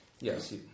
Yes